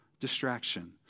Distraction